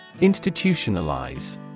Institutionalize